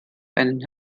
einen